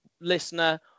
Listener